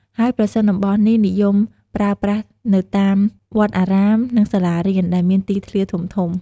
ហើយប្រភេទអំបោសនេះ និយមប្រើប្រាស់នៅតាមវត្តអារាម និងសាលារៀន ដែលមានទីធ្លាធំៗ ។